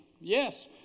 Yes